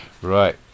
Right